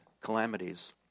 calamities